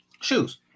shoes